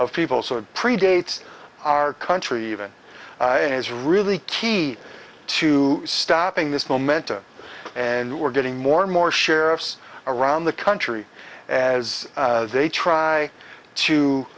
of people sort of predates our country even and is really key to stopping this momentum and we're getting more and more sheriffs around the country as they try